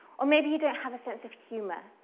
or maybe you don't have a sense of humor,